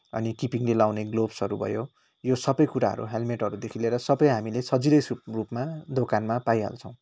अनि किपिङले लगाउने ग्लोभ्सहरू भयो यो सबै कुराहरू हेल्मेटहरूदेखि लिएर हामीले सजिलै रूपमा दोकानमा पाइहाल्छौँ